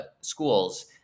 schools